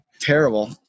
Terrible